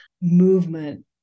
movement